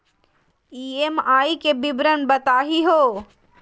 EMI के विवरण बताही हो?